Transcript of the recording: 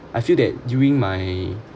I feel that during my